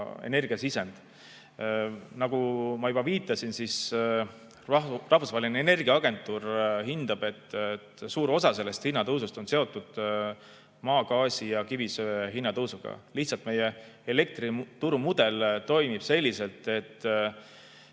energia. Nagu ma juba viitasin, Rahvusvaheline Energiaagentuur hindab, et suur osa sellest hinnatõusust on seotud maagaasi ja kivisöe hinna tõusuga. Meie elektriturumudel toimib selliselt, et